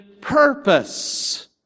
purpose